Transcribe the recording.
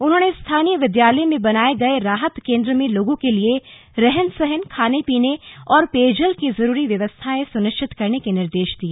उन्होंने स्थानीय विद्यालय में बनाये गये राहत केन्द्र में लोगों के लिए रहन सहन खाने पीने और पेयजल की जरूरी व्यवस्थाएं सुनिश्चित करने के निर्देश दिए